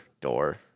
door